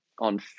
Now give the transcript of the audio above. on